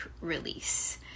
release